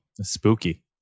spooky